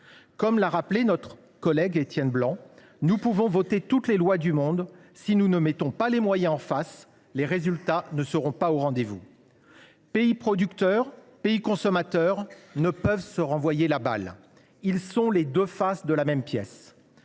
Étienne Blanc l’a bien dit : nous pouvons voter toutes les lois du monde, si nous ne mettons pas les moyens en face, les résultats ne seront pas au rendez vous. Pays producteurs et pays consommateurs ne peuvent se renvoyer la balle. Ils sont les deux faces de la même pièce.